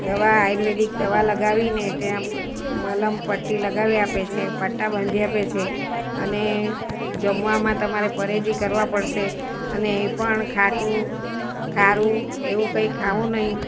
દવા આર્યુવેદીક દવા લગાવીને ત્યાં મલમપટ્ટી લગાવી આપે છે પટ્ટા બાંધી આપે છે અને જમવામાં તમારે પરેજી કરવા પડશે અને એ પણ ખાટું ખારું એવું કંઈ ખાવું નહીં